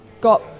got